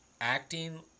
Acting